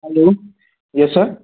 hello yes sir